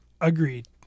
Agreed